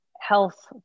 health